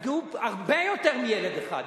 נפגעו הרבה יותר מילד אחד.